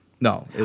No